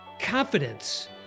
confidence